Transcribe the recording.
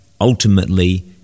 ultimately